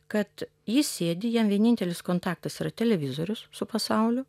kad jis sėdi jam vienintelis kontaktas yra televizorius su pasauliu